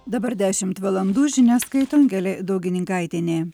dabar dešimt valandų žinias skaito angelė daugininkaitienė